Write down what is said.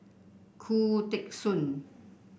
Khoo Teng Soon